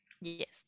Yes